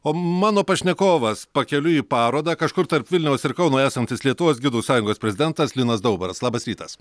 o mano pašnekovas pakeliui į parodą kažkur tarp vilniaus ir kauno esantis lietuvos gidų sąjungos prezidentas linas daubaras labas rytas